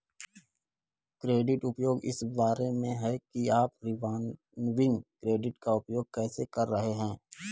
credit उपयोग इस बारे में है कि आप रिवॉल्विंग क्रेडिट का उपयोग कैसे कर रहे हैं